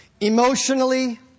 emotionally